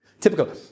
Typical